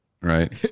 right